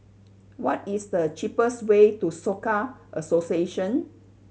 what is the cheapest way to Soka Association